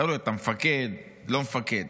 תלוי, אתה מפקד, לא מפקד.